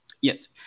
Yes